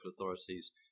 authorities